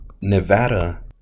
Nevada